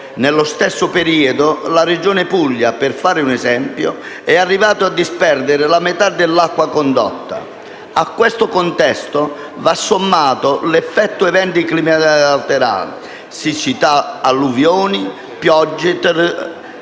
Nello stesso periodo la Regione Puglia, per fare un esempio, è arrivava a disperdere la metà dell’acqua condotta. A questo contesto va sommato l’effetto di eventi climalteranti (siccità, alluvioni, piogge torrenziali)